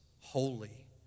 holy